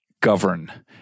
govern